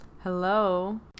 hello